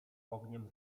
ogniem